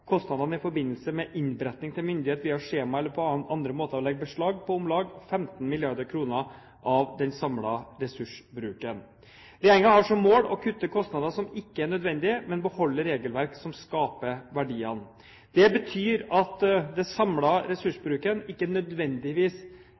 Kostnadene i forbindelse med innberetning til myndighet via skjema eller på andre måter legger beslag på om lag 15 mrd. kr av den samlede ressursbruken. Regjeringen har som mål å kutte kostnader som ikke er nødvendige, men beholde regelverk som skaper verdier. Det betyr at den samlede ressursbruken ikke nødvendigvis reflekterer det